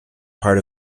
part